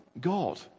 God